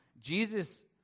Jesus